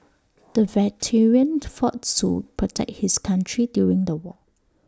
the veteran fought to protect his country during the war